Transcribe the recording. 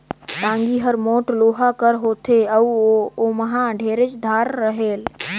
टागी हर मोट लोहा कर होथे अउ ओमहा ढेरेच धार रहेल